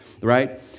right